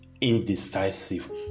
indecisive